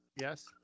Yes